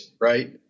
right